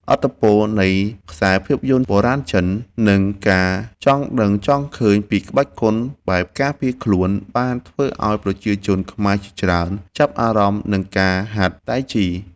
ឥទ្ធិពលនៃខ្សែភាពយន្តបុរាណចិន និងការចង់ដឹងចង់ឃើញពីក្បាច់គុណបែបការពារខ្លួន បានធ្វើឱ្យប្រជាជនខ្មែរជាច្រើនចាប់អារម្មណ៍នឹងការហាត់តៃជី។